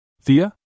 Thea